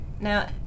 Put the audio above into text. Now